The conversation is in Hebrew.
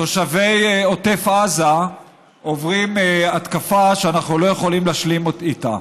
תושבי עוטף עזה עוברים התקפה שאנחנו לא יכולים להשלים איתה,